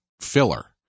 filler